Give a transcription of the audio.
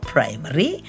Primary